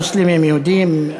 מוסלמים יהודים,